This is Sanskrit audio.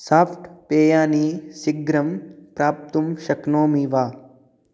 साफ़्ट् पेयानि शीघ्रं प्राप्तुं शक्नोमि वा